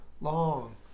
long